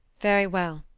very well.